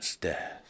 death